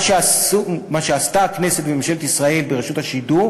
מה שעשתה הכנסת ועשתה ממשלת ישראל ברשות השידור